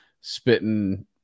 spitting